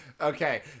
okay